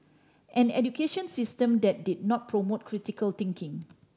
an education system that did not promote critical thinking